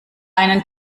einen